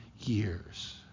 years